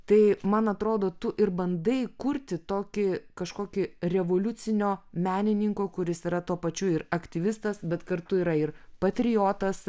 tai man atrodo tu ir bandai kurti tokį kažkokį revoliucinio menininko kuris yra tuo pačiu ir aktyvistas bet kartu yra ir patriotas